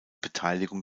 beteiligung